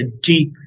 deep